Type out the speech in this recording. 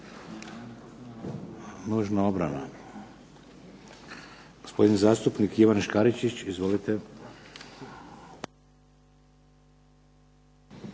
izvršenja. Gospodin zastupnik Ivan Škaričić. Izvolite.